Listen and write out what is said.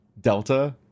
Delta